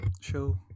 show